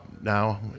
now